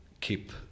keep